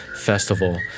Festival